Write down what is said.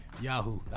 Yahoo